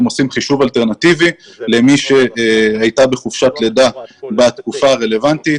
הם עושים חישוב אלטרנטיבי למי שהייתה בחופשת לידה בתקופה הרלוונטית.